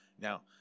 Now